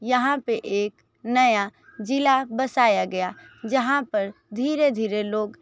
यहाँ पे एक नया ज़िला बसाया गया जहाँ पर धीरे धीरे लोग